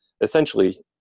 essentially